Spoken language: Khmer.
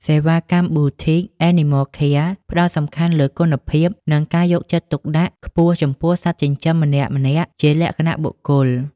សេវាកម្ម Boutique Animal Care ផ្ដោតសំខាន់លើគុណភាព និងការយកចិត្តទុកដាក់ខ្ពស់ចំពោះសត្វចិញ្ចឹមម្នាក់ៗជាលក្ខណៈបុគ្គល។